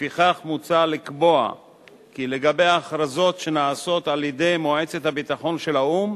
לפיכך מוצע לקבוע כי לגבי ההכרזות שנעשות על-ידי מועצת הביטחון של האו"ם